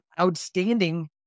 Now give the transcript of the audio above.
outstanding